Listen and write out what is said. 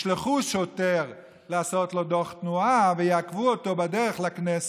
ישלחו שוטר לעשות לו דוח תנועה ויעכבו אותו בדרך לכנסת,